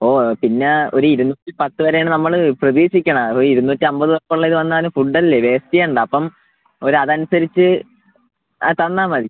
ഓ പിന്നെ ഒരു ഇരുനൂറ്റി പത്ത് പേരെയാണ് നമ്മൾ പ്രതീക്ഷിക്കുന്നത് ഒരു ഇരുനൂറ്റമ്പത് ഉള്ള ഇത് വന്നാലും ഫുഡ് അല്ലേ വേസ്റ്റ് ചെയ്യേണ്ട അപ്പം ഒരു അതനുസരിച്ച് ആ തന്നാൽ മതി